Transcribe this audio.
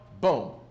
Boom